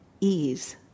ease